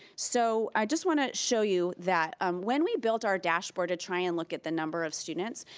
so i just wanna show you that um when we built our dashboard to try and look at the number of students,